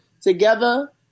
together